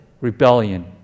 rebellion